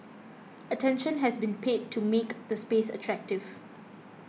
attention has been paid to make the space attractive